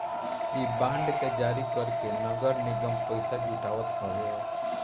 इ बांड के जारी करके नगर निगम पईसा जुटावत हवे